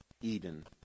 Eden